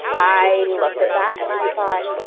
i looked at that and i thought,